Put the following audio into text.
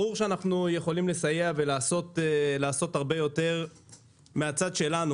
ברור שאנחנו יכולים לסייע ולעשות הרבה יותר מן הצד שלנו,